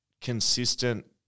consistent